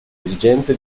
esigenze